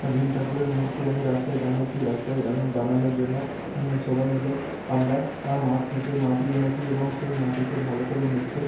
ভীম ঠাকুরের মূর্তি আমি রাস্তায় বানিয়েছি রাস্তায় আমি বানানোর জন্য সবাই মিলে আমরা মাঠ থেকে মাটি এনেছি এবং সেই মাটিকে ভালো করে মেখে